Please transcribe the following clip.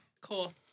Cool